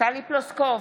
טלי פלוסקוב,